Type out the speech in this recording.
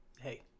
Hey